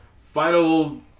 Final